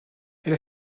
elle